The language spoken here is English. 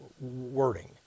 wording